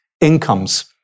incomes